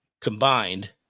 combined